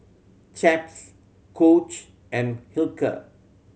Chaps Coach and Hilker